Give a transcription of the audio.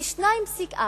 פי-2.4.